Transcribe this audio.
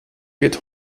wird